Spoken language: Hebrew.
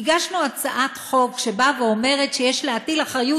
הגשנו הצעת חוק שאומרת שיש להטיל אחריות